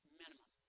minimum